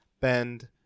Bend